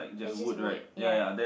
is just wood ya